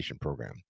Program